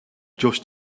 just